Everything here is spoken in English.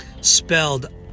Spelled